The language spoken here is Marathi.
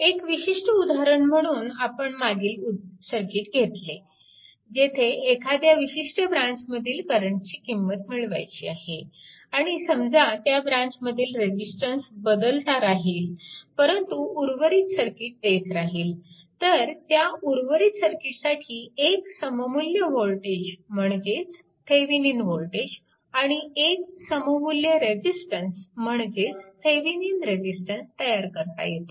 एक विशिष्ट उदाहरण म्हणून आपण मागील सर्किट घेतले जेथे एखाद्या विशिष्ट ब्रँचमधील करंटची किंमत मिळवायची आहे आणि समजा त्या ब्रँचमधील रेजिस्टन्स बदलता राहील परंतु उर्वरित सर्किट तेच राहील तर त्या उर्वरित सर्किटसाठी एक सममुल्य वोल्टेज म्हणजेच थेविनिन वोल्टेज आणि एक सममुल्य रेजिस्टन्स म्हणजे थेविनिन रेजिस्टन्स तयार करता येतो